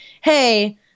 hey